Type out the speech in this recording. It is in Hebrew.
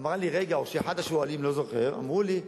אמרה לי: רגע, או שאחד השואלים, לא זוכר, אמרתי: